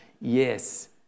yes